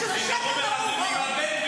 רון.